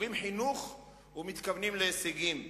אומרים חינוך ומתכוונים להישגים,